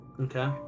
Okay